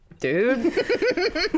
Dude